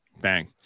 Bang